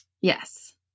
yes